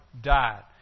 died